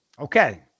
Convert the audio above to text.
Okay